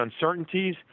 uncertainties